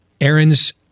Aaron's